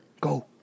Go